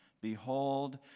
Behold